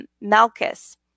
Malchus